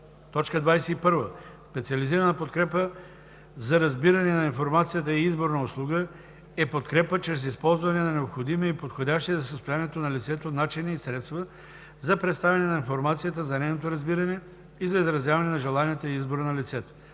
21. „Специализирана подкрепа за разбиране на информацията и избор на услуга“ е подкрепа чрез използване на необходими и подходящи за състоянието на лицето начини и средства за представяне на информацията, за нейното разбиране и за изразяване на желанията и избора на лицето.